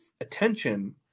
attention